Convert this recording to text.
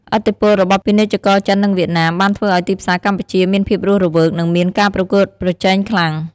ឥទ្ធិពលរបស់ពាណិជ្ជករចិននិងវៀតណាមបានធ្វើឱ្យទីផ្សារកម្ពុជាមានភាពរស់រវើកនិងមានការប្រកួតប្រជែងខ្លាំង។